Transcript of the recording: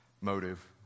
motive